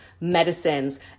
medicines